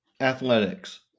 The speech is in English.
Athletics